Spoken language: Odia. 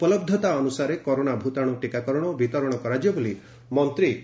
ଉପଲବ୍ଧତା ଅନୁସାରେ କରୋନା ଭୂତାଣୁ ଟୀକାକରଣ ଓ ବିତରଣ କରାଯିବ ବୋଲି ମନ୍ତ୍ରୀ କହିଚ୍ଛନ୍ତି